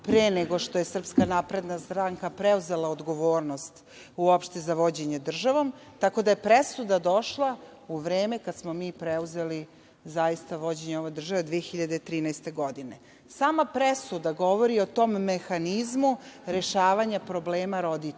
pre nego što je SNS preuzela odgovornost za vođenje državom, tako da je presuda došla u vreme kada smo mi preuzeli vođenje ove države 2013. godine. Sama presuda govori o tom mehanizmu rešavanja problema roditelja